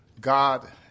God